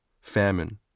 famine